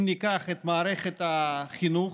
אם ניקח את מערכת החינוך,